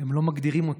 הם לא מגדירים אותי,